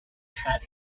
had